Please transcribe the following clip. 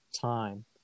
time